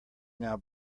now